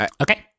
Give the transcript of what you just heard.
Okay